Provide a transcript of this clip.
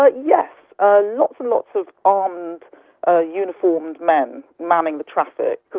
ah yes. ah lots and lots of armed ah uniformed men manning the traffic,